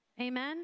amen